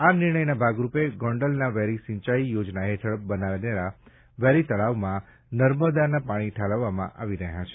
આ નિર્ણયના ભાગરૂપે ગોંડલના વેરી સિંચાઈ યોજના હેઠળ બનેલા વેરી તળાવમાં નર્મદાના પાણી ઠાલવામાં આવી રહ્યા છે